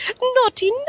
naughty